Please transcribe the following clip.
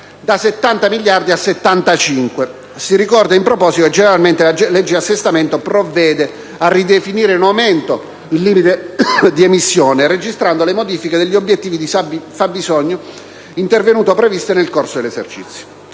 a 75 miliardi. Si ricorda, in proposito, che generalmente la legge di assestamento provvede a ridefinire in aumento il limite di emissione, registrando le modifiche degli obiettivi di fabbisogno intervenute o previste nel corso dell'esercizio.